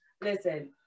listen